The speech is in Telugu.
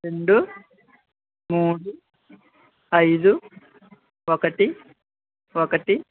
రెండు మూడు ఐదు ఒకటి ఒకటి